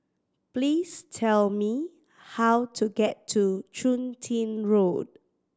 please tell me how to get to Chun Tin Road